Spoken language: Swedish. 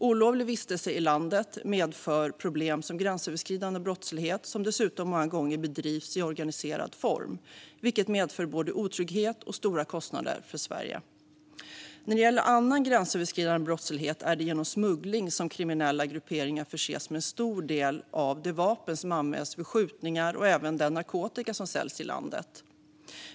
Olovlig vistelse i landet medför problem som gränsöverskridande brottslighet, som dessutom många gånger bedrivs i organiserad form, vilket medför både otrygghet och stora kostnader för Sverige. När det gäller annan gränsöverskridande brottslighet är det genom smuggling som kriminella grupperingar förses med en stor del av de vapen som används vid skjutningar och även den narkotika som säljs i landet.